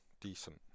decent